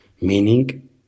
Meaning